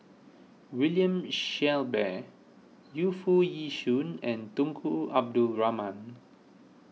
William Shellabear Yu Foo Yee Shoon and Tunku Abdul Rahman